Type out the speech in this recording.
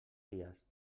dies